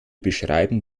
beschreiben